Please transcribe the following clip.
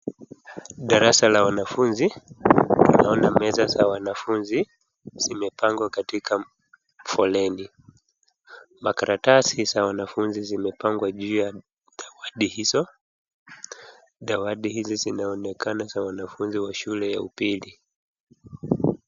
Darasa la wanafunzi, naona meza za wanafunzi zimepangwa katika foleni. Makaratasi za wanafunzi zimepangwa juu ya dawati hizo. Dawati hizi zinaonekana niza wanafunzi wa shule ya upili.